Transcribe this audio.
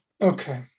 Okay